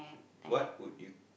what would you